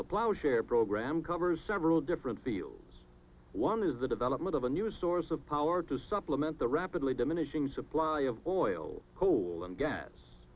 the ploughshare program covers several different fields one is the development of a new source of power to supplement the rapidly diminishing supply of oil coal and gas